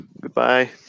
Goodbye